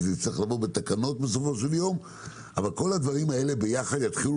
זה יצטרך לבוא בתקנות בסופו של יום אבל כל הדברים האלה יחד יתחילו